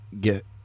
get